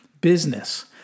business